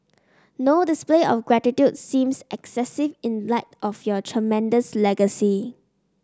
no display of gratitude seems excessive in light of your tremendous legacy